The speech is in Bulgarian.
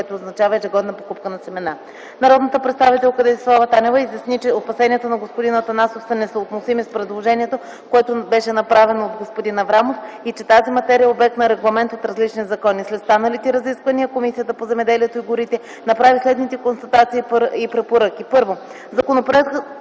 което означава и ежегодна покупка на семена. Народният представител Десислава Танева изясни, че опасенията на господин Атанасов са несъотносими с предложението, което беше направено от господин Аврамов и че тази материя е обект на регламент от различни закони. След станалите разисквания Комисията по земеделието и горите направи следните констатации и препоръки: